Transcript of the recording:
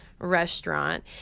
Restaurant